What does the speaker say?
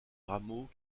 rameaux